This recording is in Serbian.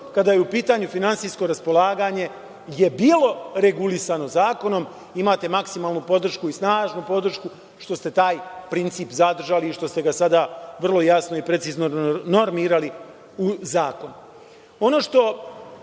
kada je u pitanju finansijsko raspolaganje je bilo regulisano zakonom. Imate maksimalnu i snažnu podršku što ste taj princip zadržali i što ste ga sada vrlo jasno i precizno normirali u zakonu. Ono što,